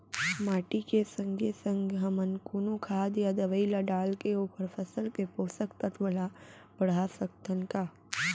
माटी के संगे संग हमन कोनो खाद या दवई ल डालके ओखर फसल के पोषकतत्त्व ल बढ़ा सकथन का?